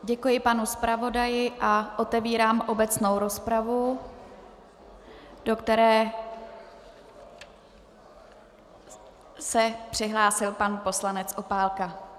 Děkuji panu zpravodaji a otevírám obecnou rozpravu, do které se přihlásil pan poslanec Opálka.